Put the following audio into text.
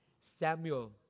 Samuel